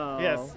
Yes